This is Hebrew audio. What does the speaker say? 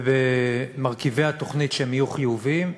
ומרכיבי התוכנית שיהיו חיוביים,